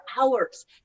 hours